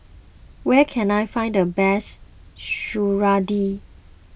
where can I find the best Serunding